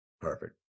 Perfect